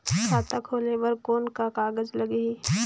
खाता खोले बर कौन का कागज लगही?